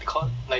mm